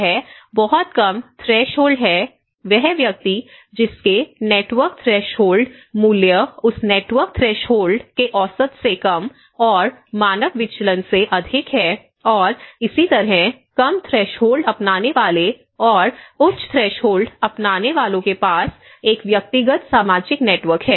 यह बहुत कम थ्रेशोल्ड है वह व्यक्ति जिसके नेटवर्क थ्रेशोल्ड मूल्य उस नेटवर्क थ्रेशोल्ड के औसत से कम और मानक विचलन से अधिक है और इसी तरह कम थ्रेशोल्ड अपनाने वाले और उच्च थ्रेशोल्ड अपनाने वालों के पास एक व्यक्तिगत सामाजिक नेटवर्क है